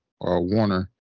warner